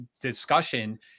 discussion